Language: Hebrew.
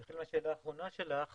אני אתחיל מהשאלה האחרונה שלך